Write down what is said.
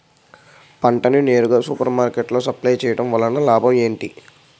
పంట ని నేరుగా సూపర్ మార్కెట్ లో సప్లై చేయటం వలన లాభం ఏంటి?